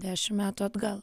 dešim metų atgal